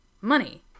money